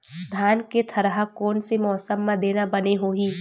धान के थरहा कोन से मौसम म देना बने होही?